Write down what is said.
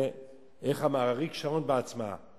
איך אמר אריק שרון בעצמו,